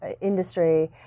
industry